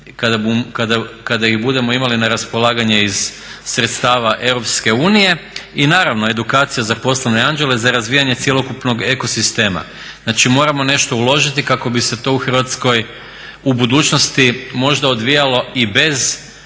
kada ih budemo imali na raspolaganju iz sredstava EU. I naravno edukacija za poslovne anđele, za razvijanje cjelokupnog eko sistema. Znači, moramo nešto uložiti kako bi se to u Hrvatskoj u budućnosti možda odvijalo i bez